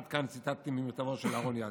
עד כאן ציטטתי ממכתבו של אהרן ידלין.